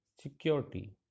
security